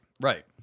Right